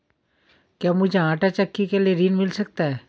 क्या मूझे आंटा चक्की के लिए ऋण मिल सकता है?